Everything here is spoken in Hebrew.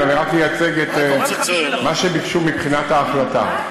אלא רק תייצג את מה שביקשו מבחינת ההחלטה.